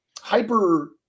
hyper